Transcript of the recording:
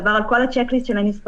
עבר על כל הצ'ק ליסט של הנספחים,